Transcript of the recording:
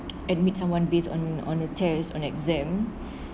admit someone based on on a test on exam